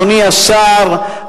אדוני השר,